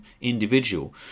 individual